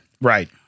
Right